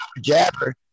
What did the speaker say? Jabber